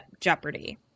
jeopardy